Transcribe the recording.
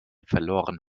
verloren